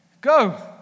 Go